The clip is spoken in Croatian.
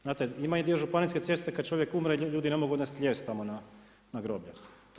Znate ima i dio županijske ceste kad čovjek umre ljudi ne mogu odnijet lijes tamo na groblje.